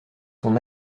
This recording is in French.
son